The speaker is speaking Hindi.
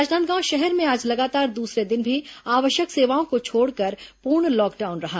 राजनांदगांव शहर में आज लगातार दूसरे दिन भी आवश्यक सेवाओं को छोड़कर पूर्ण लॉकडाउन रहा